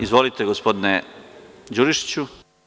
Izvolite, gospodine Đurišiću.